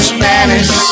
Spanish